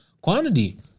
quantity